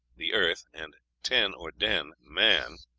the earth, and ten or den, man,